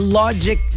logic